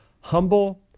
humble